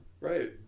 Right